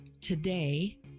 Today